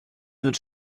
wird